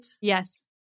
Yes